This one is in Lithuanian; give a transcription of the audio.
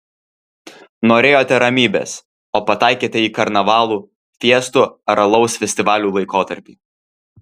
norėjote ramybės o pataikėte į karnavalų fiestų ar alaus festivalių laikotarpį